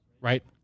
right